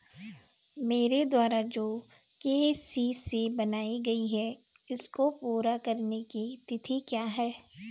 मेरे द्वारा जो के.सी.सी बनवायी गयी है इसको पूरी करने की तिथि क्या है?